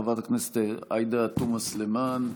חברת הכנסת עאידה תומא סלימאן,